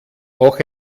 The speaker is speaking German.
auch